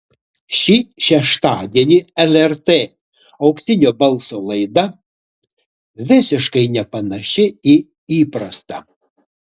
šį šeštadienį lrt auksinio balso laida visiškai nepanaši į įprastą